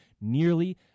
nearly